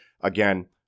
Again